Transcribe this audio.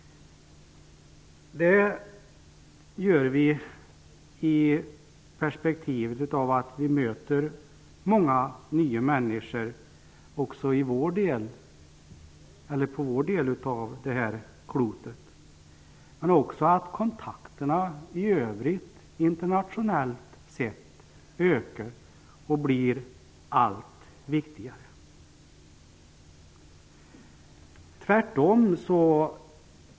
Det gör vi i perspektivet av att vi möter många nya människor också i vår del av världen och av att kontakterna i övrigt internationellt sett ökar och blir allt viktigare.